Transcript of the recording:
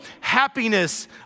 happiness